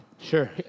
Sure